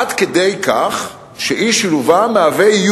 עד כדי כך שאי-שילובם מהווה,